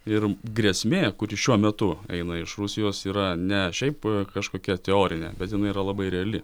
ir grėsmė kuri šiuo metu eina iš rusijos yra ne šiaip kažkokia teorinė bet jinai yra labai reali